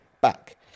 back